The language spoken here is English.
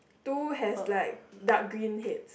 two has like dark green heads